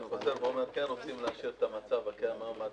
אנחנו כן רוצים להשאיר את המצב הקיים כיום.